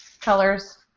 colors